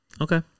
okay